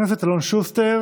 חברי הכנסת אלון שוסטר,